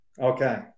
Okay